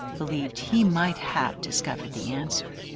believed he might have discovered the answer.